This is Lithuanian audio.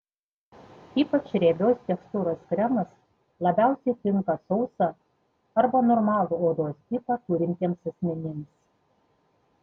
ypač riebios tekstūros kremas labiausiai tinka sausą arba normalų odos tipą turintiems asmenims